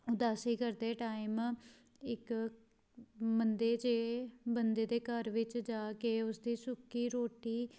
ਉਦਾਸੀ ਕਰਦੇ ਟਾਈਮ ਇੱਕ ਮੰਦੇ ਜੇ ਬੰਦੇ ਦੇ ਘਰ ਵਿੱਚ ਜਾ ਕੇ ਉਸ ਦੀ ਸੁੱਕੀ ਰੋਟੀ